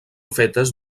fetes